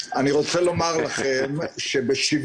המשימה שלו הוא לא רואה לעמוד במה שאמרו לו רק,